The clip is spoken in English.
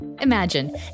Imagine